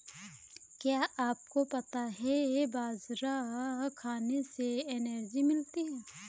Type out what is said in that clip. क्या आपको पता है बाजरा खाने से एनर्जी मिलती है?